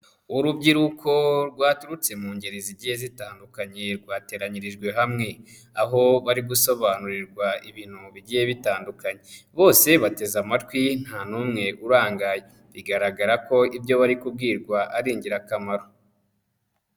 Urubyiruko rwaturutse mu ngeri zigiye zitandukanye rwateranyirijwe hamwe, aho bari gusobanurirwa ibintu bigiye bitandukanye, bose bateze amatwi nta n'umwe urangaye, bigaragara ko ibyo bari kubwirwa ari ingirakamaro.